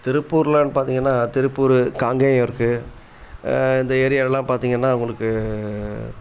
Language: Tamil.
திருப்பூர்லைன்னு பாத்தீங்கன்னா திருப்பூரு காங்கேயம் இருக்கு இந்த ஏரியாலலாம் பாத்தீங்கன்னா உங்களுக்கு